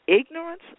ignorance